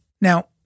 Now